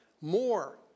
more